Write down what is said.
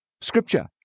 Scripture